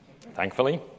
thankfully